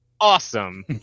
awesome